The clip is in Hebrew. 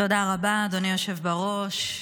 תודה רבה, אדוני היושב-ראש.